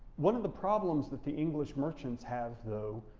one of the problems that the english merchants have though,